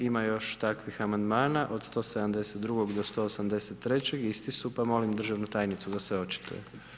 Ima još takvih amandmana od 172. do 183., isti su, pa molim državnu tajnicu da se očituje.